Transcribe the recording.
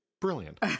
brilliant